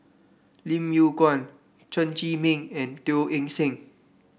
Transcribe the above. Lim Yew Kuan Chen Zhiming and Teo Eng Seng